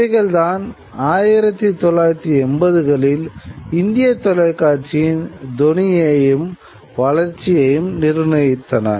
இவைகள்தான் 1980 களில் இந்திய தொலைக்காட்சியின் தொனியையும் வளர்ச்சியையும் நிர்ணயித்தன